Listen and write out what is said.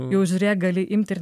jau žiūrėk gali imti ir